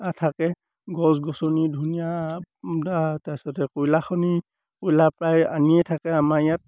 থাকে গছ গছনি ধুনীয়া তাৰপিছতে কয়লাখনি কয়লা প্ৰায় আনিয়ে থাকে আমাৰ ইয়াত